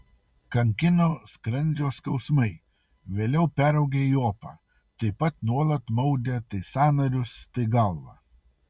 kankino skrandžio skausmai vėliau peraugę į opą taip pat nuolat maudė tai sąnarius tai galvą